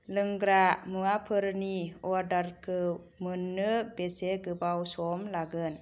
लोंग्रा मुंवाफोरनि अर्डारखौ मोननो बेसे गोबाव सम लागोन